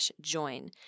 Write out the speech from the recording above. join